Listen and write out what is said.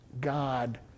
God